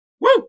Woo